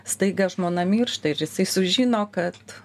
staiga žmona miršta ir jisai sužino kad